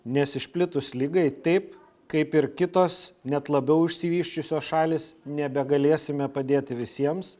nes išplitus ligai taip kaip ir kitos net labiau išsivysčiusios šalys nebegalėsime padėti visiems